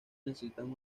necesitan